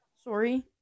Sorry